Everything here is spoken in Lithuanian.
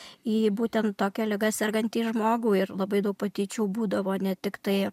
į būtent tokia liga sergantį žmogų ir labai daug patyčių būdavo ne tiktai